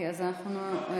אני לא הספקתי.